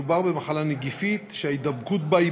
מדובר במחלה נגיפית שההידבקות בה היא